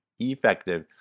effective